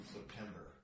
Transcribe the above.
September